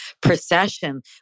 procession